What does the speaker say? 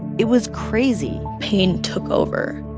it was crazy pain took over.